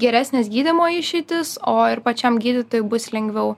geresni gydi geresnės gydymo išeitys o ir pačiam gydytojui bus lengviau